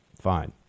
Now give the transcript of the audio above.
fine